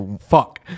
fuck